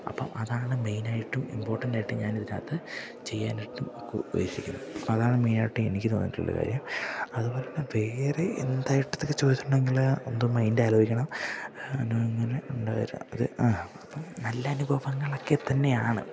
അപ്പം അതാണ് മെയിനായിട്ടും ഇമ്പോർട്ടൻറ്റായിട്ടും ഞാനിതിനകത്ത് ചെയ്യാനായിട്ടും ഇപ്പോള് ഉദ്ദേശിക്കുന്നത് അപ്പോള് അതാണ് മെയിനായിട്ട് എനിക്ക് തോന്നിയിട്ടുള്ള കാര്യം അതുപോലെത്തന്നെ വേറെ എന്തായിട്ടിതൊക്കെ ചോദിച്ചിട്ടുണ്ടെങ്കില് എന്തോ അപ്പം നല്ല അനുഭവങ്ങളൊക്കെ തന്നെയാണ്